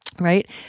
right